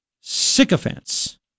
sycophants